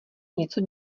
něco